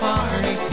Party